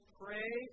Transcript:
pray